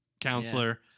counselor